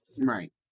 Right